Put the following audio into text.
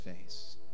face